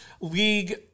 league